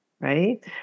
Right